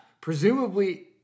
presumably